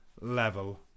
level